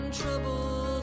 trouble